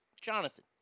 Jonathan